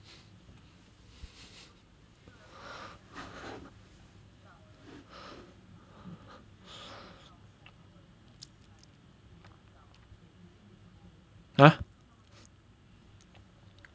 !huh!